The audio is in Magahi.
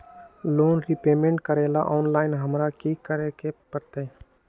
लोन रिपेमेंट करेला ऑनलाइन हमरा की करे के परतई?